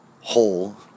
whole